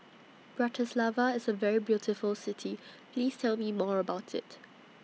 Bratislava IS A very beautiful City Please Tell Me More about IT